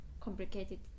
complicated